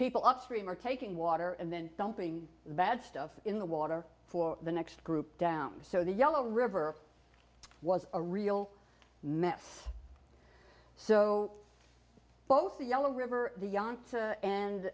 people upstream are taking water and then dumping the bad stuff in the water for the next group down so the yellow river was a real mess so both the yellow river the young